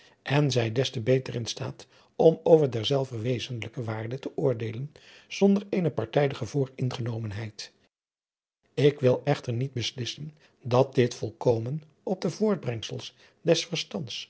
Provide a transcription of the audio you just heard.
en zij des te beter in staat om over derzelver wezenlijke waarde te oordeelen zonder eene partijdige vooringenomenheid ik wil echter niet beslissen dat dit volkomen op de voortbrengsels des verstands